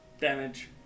damage